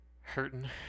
hurting